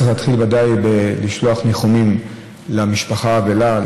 ודאי צריך להתחיל בלשלוח ניחומים למשפחה האבלה,